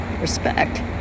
Respect